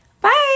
Bye